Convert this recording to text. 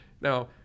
Now